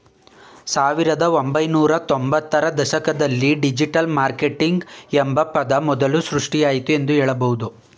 ಸಾವಿರದ ಒಂಬೈನೂರ ತ್ತೊಂಭತ್ತು ರ ದಶಕದಲ್ಲಿ ಡಿಜಿಟಲ್ ಮಾರ್ಕೆಟಿಂಗ್ ಎಂಬ ಪದವನ್ನು ಮೊದಲು ಸೃಷ್ಟಿಸಲಾಯಿತು ಎಂದು ಹೇಳಬಹುದು